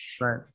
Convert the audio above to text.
Right